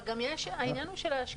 אבל העניין הוא של השקעה.